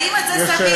האם זה סביר,